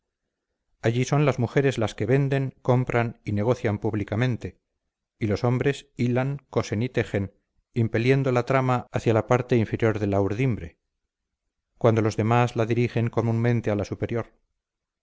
allí son las mujeres las que venden compran y negocian públicamente y los hombres hilan cosen y tejen impeliendo la trama hacia la parte inferior de la urdimbre cuando los demás la dirigen comúnmente a la superior